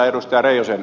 eero reijosen